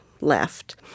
left